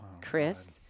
chris